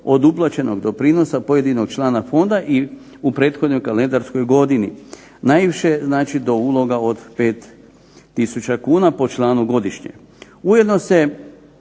od uplaćenog doprinosa pojedinog člana fonda i u prethodnoj kalendarskoj godini. Najviše znači do uloga od 5000 kn po članu godišnje. Ujedno se